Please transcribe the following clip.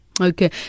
Okay